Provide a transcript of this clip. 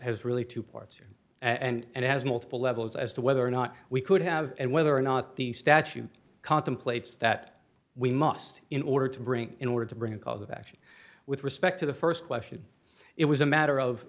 has really two parts and has multiple levels as to whether or not we could have and whether or not the statute contemplates that we must in order to bring in order to bring a cause of action with respect to the st question it was a matter of